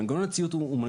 הוא לא